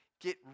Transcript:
get